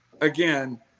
Again